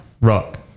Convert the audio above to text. Rock